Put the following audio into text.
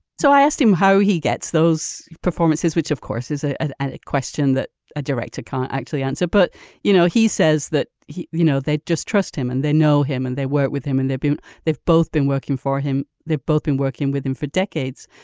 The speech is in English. so i asked him how he gets those performances which of course is ah ah and a question that a director can't actually answer but you know he says that you know they'd just trust him and they know him and they work with him and they've been they've both been working for him they've both been working with him for decades.